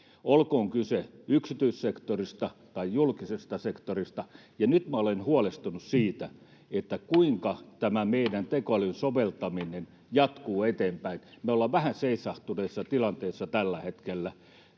olkoon kyse yksityissektorista tai julkisesta sektorista. Ja nyt minä olen huolestunut siitä, kuinka tämä meidän tekoälyn soveltaminen jatkuu eteenpäin. Me ollaan vähän seisahtuneessa tilanteessa tällä hetkellä.